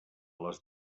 les